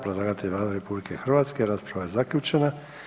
Predlagatelj je Vlada RH, rasprava je zaključena.